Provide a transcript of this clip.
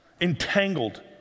entangled